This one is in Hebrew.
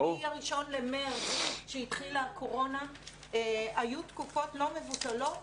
מה-1 במרץ שהתחילה הקורונה, היו תקופות לא מבוטלות